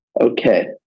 Okay